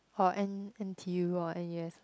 or n_t_u or n_u_s